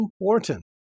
important